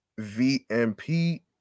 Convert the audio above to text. VMP